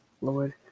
Lord